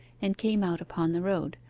and came out upon the road,